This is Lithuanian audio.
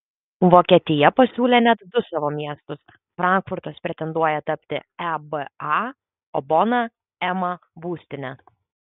vokietija pasiūlė net du savo miestus frankfurtas pretenduoja tapti eba o bona ema būstine